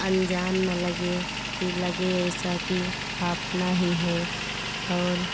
अनजान न लगे कि लगे ऐसा कि आपना ही है और